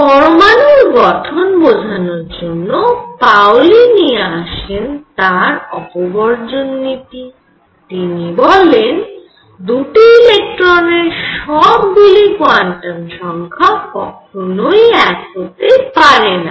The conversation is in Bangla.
পরমানুর গঠন বোঝানোর জন্য পাওলি নিয়ে আসেন তার অপবর্জন নীতি তিনি বলেন দুটি ইলেকট্রনের সব গুলি কোয়ান্টাম সংখ্যা কখনোই এক হতে পারেনা